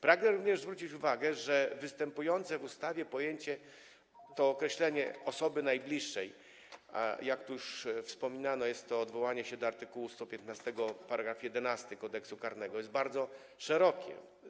Pragnę również zwrócić uwagę, że występujące w ustawie pojęcie, określenie osoby najbliższej, jak tu już wspominano, jest to odwołanie się do art. 115 § 11 Kodeksu karnego, jest bardzo szerokie.